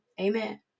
Amen